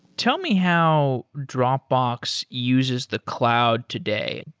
tell me how dropbox uses the cloud today.